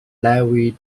larry